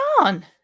on